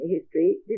history